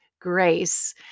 grace